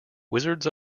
wizards